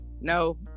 no